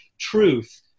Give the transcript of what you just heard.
truth